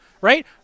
right